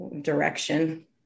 direction